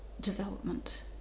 development